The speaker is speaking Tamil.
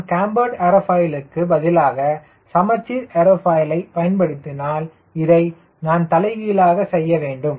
நான் கேம்பர்டு ஏர்ஃபாயிலுக்கு பதிலாக சமச்சீர் ஏர்ஃபாயிலை பயன்படுத்தினால் இதை நான் தலை கீழாக செய்ய வேண்டும்